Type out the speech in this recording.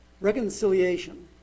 reconciliation